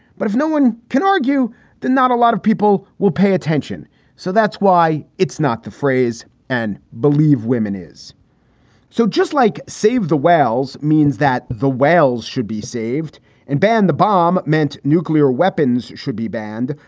but if no one can argue that, not a lot of people will pay attention so that's why it's not the phrase and believe women is so just like save the whales means that the whales should be saved and ban the bomb meant nuclear weapons should be banned.